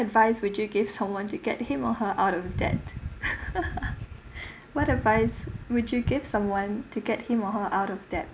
advice would you give someone to get him or her out of debt what advice would you give someone to get him or her out of debt